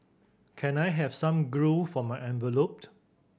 can I have some grue for my envelopes